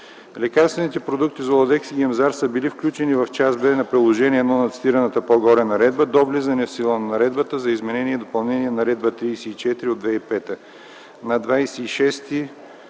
Лекарствените продукти Золатекс и Гемзар са били включени в Част Б на Приложение № 1 на цитираната по-горе наредба до влизане в сила на Наредбата за изменение и допълнение на Наредба № 34 от 2005 г. на 26